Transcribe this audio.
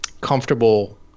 comfortable